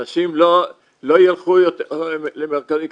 אנשים לא יילכו למרכזי היום,